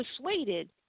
persuaded